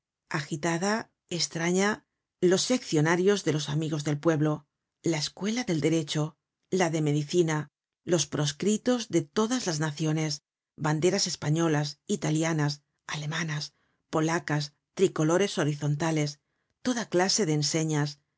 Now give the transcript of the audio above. agitada estraña los seccionanos de los amigos del pueblo la escuela de derecho la de medicina los proscritos de todas las naciones banderas españolas italianas alemanas polacas tricolores horizontales toda clase de enseñas